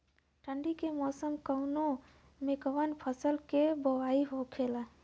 ठंडी के मौसम कवने मेंकवन फसल के बोवाई होखेला?